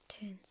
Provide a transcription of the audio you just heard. turns